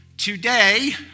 Today